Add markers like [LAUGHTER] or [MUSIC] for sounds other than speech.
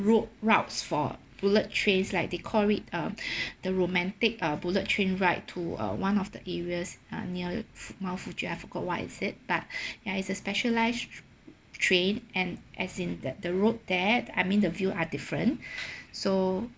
road routes for bullet trains like they called it um [BREATH] the romantic uh bullet train ride to uh one of the areas uh near fu~ mount fuji I forgot what it said but [BREATH] ya it's a specialised train and as in that the road there I mean the view are different [BREATH] so